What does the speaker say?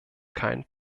keinen